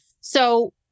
so-